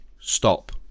stop